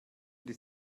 die